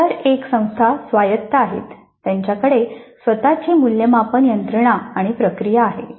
स्तर 1 संस्था स्वायत्त आहेत त्यांच्याकडे स्वतची मूल्यमापन यंत्रणा आणि प्रक्रिया आहेत